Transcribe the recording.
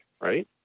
right